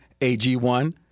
AG1